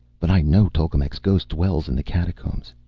but i know tolkemec's ghost dwells in the catacombs!